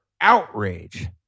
outrage